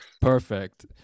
perfect